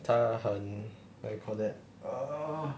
他很 what you call that err